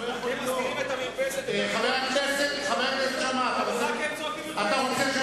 אתם מזכירים את המרפסת, חבר הכנסת שאמה, אתה רוצה?